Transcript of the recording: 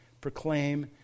proclaim